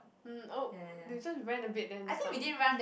mm oh they just ran a bit then you stop